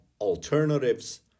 alternatives